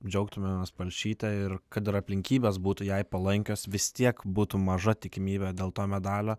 džiaugtumėmės palšyte ir kad ir aplinkybės būtų jai palankios vis tiek būtų maža tikimybė dėl to medalio